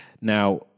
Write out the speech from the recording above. Now